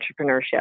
entrepreneurship